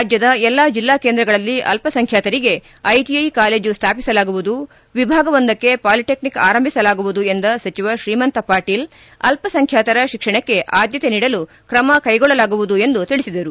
ರಾಜ್ಯದ ಎಲ್ಲ ಜಿಲ್ಲಾ ಕೇಂದ್ರಗಳಲ್ಲಿ ಅಲ್ಪಸಂಖ್ಯಾತರಿಗೆ ಐಟಿಐ ಕಾಲೇಜು ಸ್ಥಾಪಿಸಲಾಗುವುದು ವಿಭಾಗವೊಂದಕ್ಕೆ ಪಾಲಿಟೆಕ್ನಿಕ್ ಆರಂಭಿಸಲಾಗುವುದು ಎಂದ ಸಚಿವ ಶ್ರೀಮಂತ ಪಾಟೀಲ್ ಅಲ್ಪಸಂಖ್ಯಾತರ ಶಿಕ್ಷಣಕ್ಕೆ ಆದ್ಯತೆ ನೀಡಲು ಕ್ರಮ ಕೈಗೊಳ್ಳಲಾಗುವುದು ಎಂದು ಹೇಳಿದರು